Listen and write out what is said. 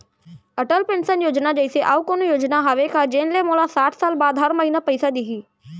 Atal pension योजना जइसे अऊ कोनो योजना हावे का जेन ले मोला साठ साल बाद हर महीना पइसा दिही?